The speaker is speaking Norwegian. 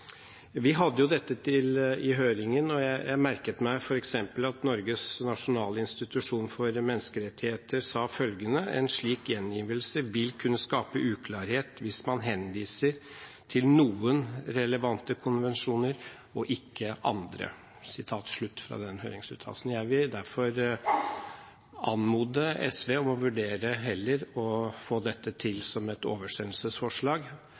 Vi hadde dette i høringen, og jeg merket meg f.eks. at Norges nasjonale institusjon for menneskerettigheter sa følgende: «En slik gjengivelse vil kunne skape uklarhet hvis man henviser til noen relevante konvensjoner og ikke til andre.» Jeg vil derfor anmode SV om å vurdere heller å gjøre dette om til et oversendelsesforslag,